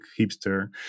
hipster